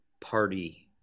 party